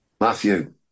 Matthew